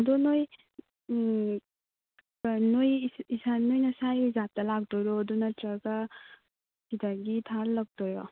ꯑꯗꯨ ꯅꯣꯏ ꯅꯈꯣꯏ ꯏꯁꯥ ꯅꯈꯣꯏ ꯅꯁꯥꯒꯤ ꯔꯤꯖꯥꯞꯇ ꯂꯥꯛꯇꯣꯏꯔꯣ ꯑꯗꯨ ꯅꯠꯇ꯭ꯔꯒ ꯁꯤꯗꯒꯤ ꯊꯥꯍꯜꯂꯛꯇꯣꯏꯔꯣ